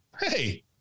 Hey